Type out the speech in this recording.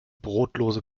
brotlose